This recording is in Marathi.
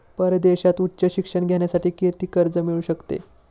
परदेशात उच्च शिक्षण घेण्यासाठी किती कर्ज मिळू शकते?